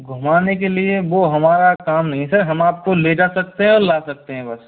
घूमाने के लिए वो हमारा काम नहीं है सर हम आप को ले जा सकते हैं और ला सकते हैं बस